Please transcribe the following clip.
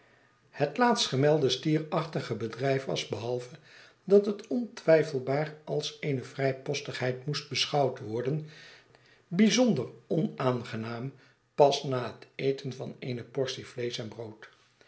het laatstgemelde stierachtige bedrijfwas behalve dat het ontwijfelbaar als eene vrijpostigheid moest beschouwd worden bijzonder onaangenaam pas na het eten van eene portie vleesch en brood